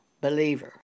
believer